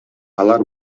алар